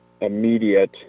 immediate